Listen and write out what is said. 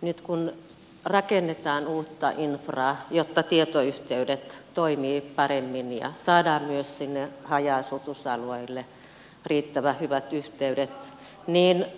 nyt kun rakennetaan uutta infraa jotta tietoyhteydet toimivat paremmin ja saadaan myös haja asutusalueille riittävän hyvät yhteydet